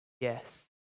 Yes